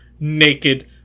Naked